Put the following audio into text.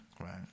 right